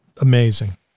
amazing